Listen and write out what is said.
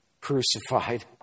crucified